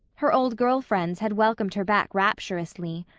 her old girl friends had welcomed her back rapturously.